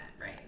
right